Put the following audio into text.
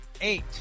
eight